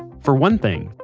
for one thing,